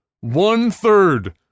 One-third